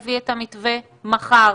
תביא את המתווה מחר